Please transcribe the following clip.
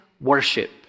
worship